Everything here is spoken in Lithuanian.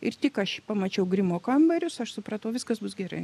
ir tik aš pamačiau grimo kambarius aš supratau viskas bus gerai